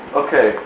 okay